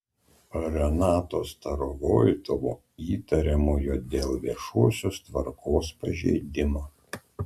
renato starovoitovo įtariamojo dėl viešosios tvarkos pažeidimo